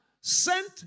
sent